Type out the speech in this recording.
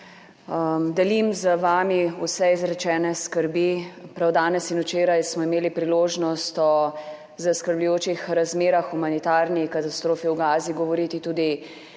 Delim z vami vse izrečene skrbi. Prav danes in včeraj smo imeli priložnost o zaskrbljujočih razmerah, humanitarni katastrofi v Gazi govoriti tudi